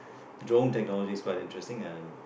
drone technology is quite interesting